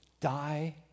die